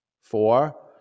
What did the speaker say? Four